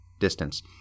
distance